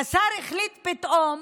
השר החליט פתאום